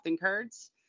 cards